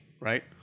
right